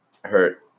hurt